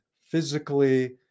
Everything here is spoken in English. physically